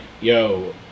yo